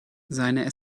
seine